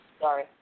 Sorry